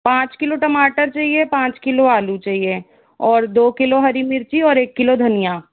पाँच किलो टमाटर चाहिए पाँच किलो आलू चाहिए और दो किलो हरी मिर्ची और एक किलो धनिया